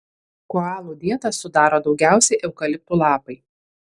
koalų dietą sudaro daugiausiai eukaliptų lapai